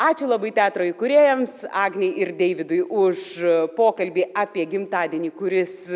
ačiū labai teatro įkūrėjams agnei ir deividui už pokalbį apie gimtadienį kuris